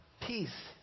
peace